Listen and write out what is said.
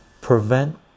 prevent